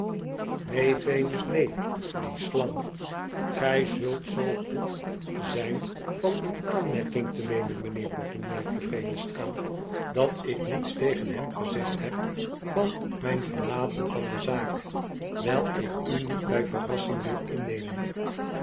venus neen die slang gij zult zoo goed zijn van in aanmerking te nemen mijnheer boffin merkte venus aan dat ik niets tegen hem gezegd heb van mijn verlaten van de zaak wijl ik u niet bij verrassing wil innemen